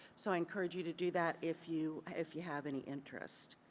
so i encourage you to do that if you ah if you have any interest.